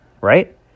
Right